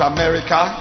America